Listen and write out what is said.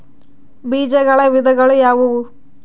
ಬೇಜಗಳ ವಿಧಗಳು ಯಾವುವು?